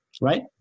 right